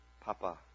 Papa